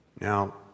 Now